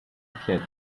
head